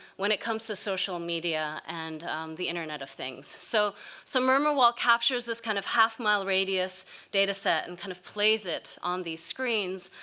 when it comes to social media and the internet of things. so so murmur wall captures this kind of half-mile radius data set and kind of plays it on these screens.